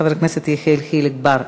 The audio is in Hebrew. חבר הכנסת יחיאל חיליק בר,